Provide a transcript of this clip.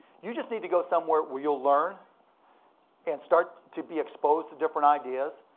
you just need to go somewhere where you'll learn and start to be exposed to different ideas.